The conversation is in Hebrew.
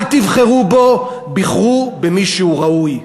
אל תבחרו בו, בחרו במי שהוא ראוי.